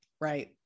Right